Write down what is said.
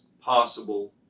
possible